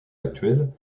actuelle